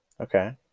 okay